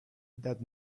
that